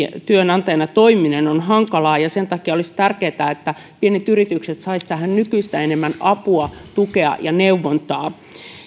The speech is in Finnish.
työnantajana toimiminen on hankalaa ja sen takia olisi tärkeätä että pienet yritykset saisivat tähän nykyistä enemmän apua tukea ja neuvontaa